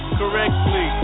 correctly